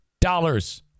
dollars